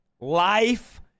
life